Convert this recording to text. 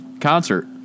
concert